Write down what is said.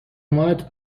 ماه